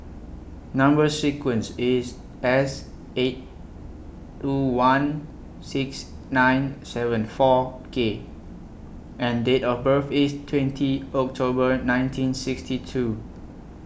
Number sequence IS S eight two one six nine seven four K and Date of birth IS twenty October nineteen sixty two